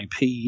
IP